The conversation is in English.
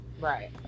Right